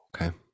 Okay